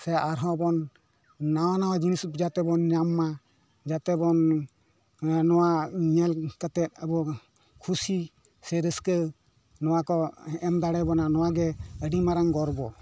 ᱥᱮ ᱟᱨᱦᱚᱸ ᱵᱚᱱ ᱱᱟᱣᱟ ᱱᱟᱣᱟ ᱡᱤᱱᱤᱥ ᱠᱚ ᱡᱟᱛᱮ ᱵᱚᱱ ᱧᱟᱢ ᱢᱟ ᱡᱟᱛᱮ ᱵᱚᱱ ᱱᱚᱣᱟ ᱧᱮᱞ ᱠᱟᱛᱮᱫ ᱟᱵᱚ ᱠᱷᱩᱥᱤ ᱥᱮ ᱨᱟᱹᱥᱠᱟᱹ ᱱᱚᱣᱟ ᱠᱚ ᱮᱢ ᱫᱟᱲᱮᱣ ᱵᱚᱱᱟ ᱱᱚᱣᱟ ᱜᱮ ᱟᱹᱰᱤ ᱢᱟᱨᱟᱝ ᱜᱚᱨᱵᱚ